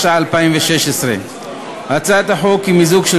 התשע"ו 2016. הצעת החוק היא מיזוג של